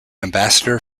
ambassador